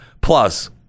Plus